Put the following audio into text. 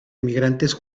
emigrantes